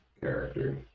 character